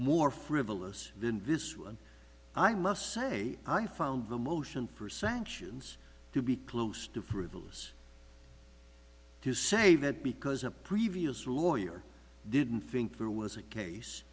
more frivolous than vis one i must say i found the motion for sanctions to be close to frivolous to say that because a previous lawyer didn't think there was a case